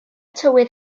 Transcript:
tywydd